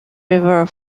river